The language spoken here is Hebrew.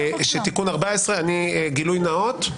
שתיקון ,14 אני גילוי נאות,